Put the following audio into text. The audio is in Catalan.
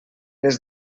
des